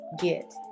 get